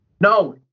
no